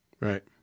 Right